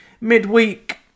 midweek